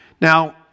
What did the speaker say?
Now